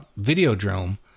Videodrome